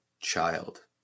child